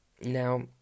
now